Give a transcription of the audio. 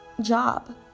job